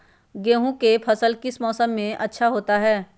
गेंहू का फसल किस मौसम में अच्छा होता है?